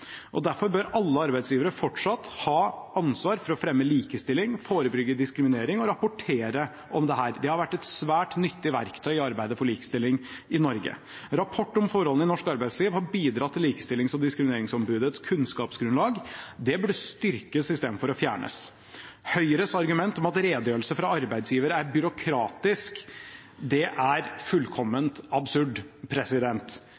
arbeidslivet. Derfor bør alle arbeidsgivere fortsatt ha ansvar for å fremme likestilling, forebygge diskriminering og rapportere om dette. Det har vært et svært nyttig verktøy i arbeidet for likestilling i Norge. Rapportering om forholdene i norsk arbeidsliv har bidratt til Likestillings- og diskrimineringsombudets kunnskapsgrunnlag. Det burde styrkes i stedet for å fjernes. Høyres argument om at redegjørelse fra arbeidsgiver er byråkratisk, er